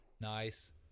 Nice